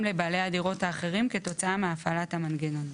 לבעלי הדירות האחרים כתוצאה מהפעלת המנגנון.".